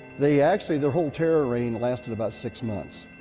they actually their whole terror reign lasted about six months.